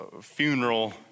funeral